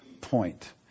point